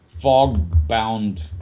fog-bound